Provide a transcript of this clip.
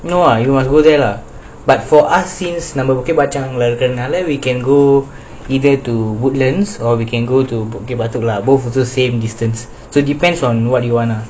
no you must go there lah but for us seems நம்ம:namma boki bachung lah இருக்கரதுனால:irrukarathunaala we can go either to woodlands or we can go to bukit batok lah both also same distance so depends on what you want lah